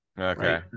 Okay